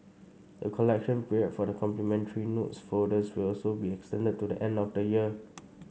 the collection period for the complimentary notes folders will also be extended to the end of the year